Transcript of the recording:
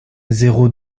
zéro